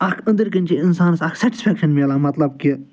اَکھ أندۍ کِنۍ چھِ اِنسان اَکھ سٮ۪ٹَسفیٚکشَن ملان مطلب کہ